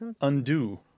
Undo